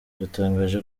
yatangaje